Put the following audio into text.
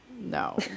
no